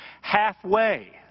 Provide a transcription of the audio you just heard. halfway